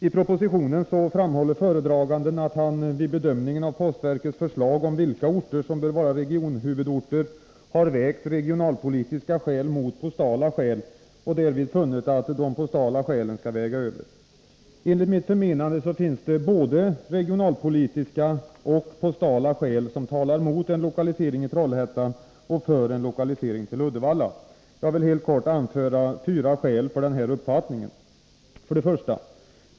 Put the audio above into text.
I propositionen framhåller föredraganden att han vid bedömningen av postverkets förslag om vilka orter som bör vara regionhuvudorter har vägt regionalpolitiska skäl mot postala skäl och därvid funnit de postala skälen väga över. Enligt mitt förmenande finns det både regionalpolitiska och postala skäl som talar mot en lokalisering till Trollhättan och för en lokalisering till Uddevalla. Jag vill helt kort anföra fyra skäl för denna uppfattning. 1.